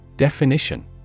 Definition